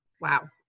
Wow